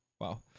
Wow